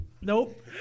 Nope